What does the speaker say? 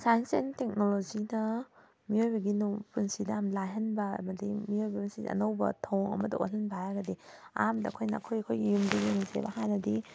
science and ꯇꯦꯛꯅꯣꯂꯣꯖꯤꯅ ꯃꯤꯑꯣꯏꯕꯒꯤ ꯅꯣꯡꯃꯒꯤ ꯄꯨꯟꯁꯤꯗ ꯌꯥꯝꯅ ꯂꯥꯏꯍꯟꯕ ꯍꯥꯏꯕꯗꯤ ꯃꯤꯑꯣꯏꯕꯁꯤ ꯑꯅꯧꯕ ꯊꯧꯑꯣꯡ ꯑꯃꯗ ꯑꯣꯜꯍꯟꯕ ꯍꯥꯏꯔꯒꯗꯤ ꯑꯍꯥꯟꯕꯗ ꯑꯩꯈꯣꯏꯅ ꯑꯩꯈꯣꯏ ꯑꯩꯈꯣꯏꯒꯤ ꯌꯨꯝꯗ ꯌꯦꯡꯁꯦꯕ ꯍꯥꯟꯅꯗꯤ